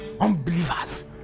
Unbelievers